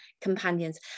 companions